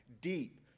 Deep